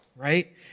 Right